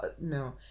no